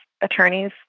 attorneys